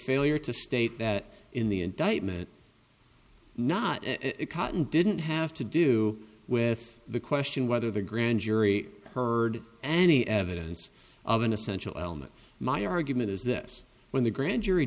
failure to state that in the indictment not cotton didn't have to do with the question whether the grand jury heard any evidence of an essential element my argument is this when the grand jury